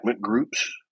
groups